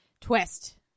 Twist